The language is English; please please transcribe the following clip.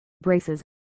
braces